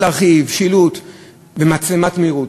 להרחיב, שילוט ומצלמת מהירות.